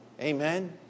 Amen